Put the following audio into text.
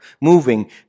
moving